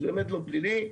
זה באמת לא פלילי,